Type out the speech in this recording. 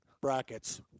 brackets